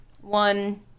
one